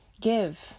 give